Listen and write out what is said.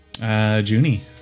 Junie